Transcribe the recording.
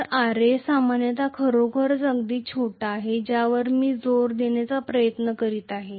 तर Ra सामान्यत खरोखरच अगदी छोटा आहे ज्यावर मी जोर देण्याचा प्रयत्न करीत आहे